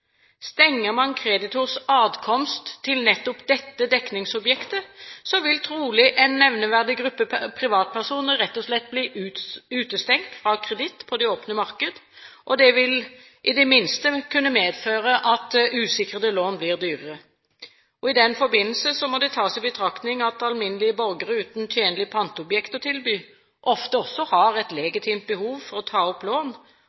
Stenger man kreditors adkomst til nettopp dette dekningsobjektet, vil trolig en nevneverdig gruppe privatpersoner rett og slett bli utestengt fra kreditt på det åpne marked, eller det vil i det minste kunne medføre at usikrede lån blir dyrere. I den forbindelse må det tas i betraktning at alminnelige borgere uten tjenlige panteobjekter å tilby ofte også har et legitimt behov for å ta opp lån